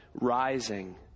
rising